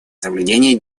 соблюдения